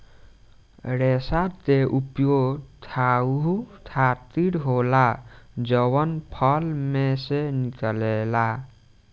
रेसा के उपयोग खाहू खातीर होला जवन फल में से निकलेला